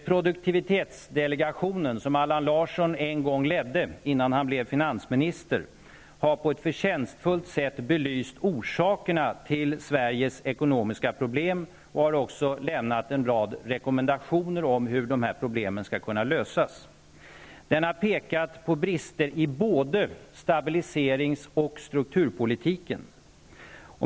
Produktivitetsdelegationen, som Allan Larsson en gång ledde innan han blev finansminister, har på ett förtjänstfullt sätt belyst orsakerna till Sveriges ekonomiska problem och har också lämnat en rad rekommendationer om hur problemen skall kunna lösas. Delegationen har pekat på brister i både stabiliserings och strukturpolitiken.